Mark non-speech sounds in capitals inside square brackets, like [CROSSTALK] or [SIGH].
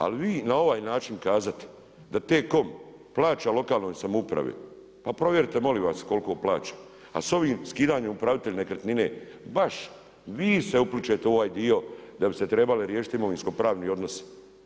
Ali vi na ovaj način kazati da T-COM plaća lokalnoj samoupravi, pa provjerite, molim vas koliko plaća, a s ovim skidanjem… [UNINTELLIGIBLE] nekretnine, baš vi se uplićete u ovaj dio da bi se trebali riješiti imovino-pravni odnosi.